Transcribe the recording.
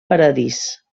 paradís